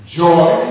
joy